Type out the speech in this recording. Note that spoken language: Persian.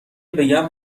بگم